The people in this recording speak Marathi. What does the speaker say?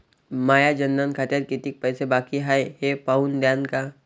माया जनधन खात्यात कितीक पैसे बाकी हाय हे पाहून द्यान का?